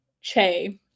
Che